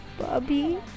Bobby